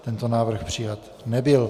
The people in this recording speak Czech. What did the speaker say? Tento návrh přijat nebyl.